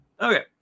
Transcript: Okay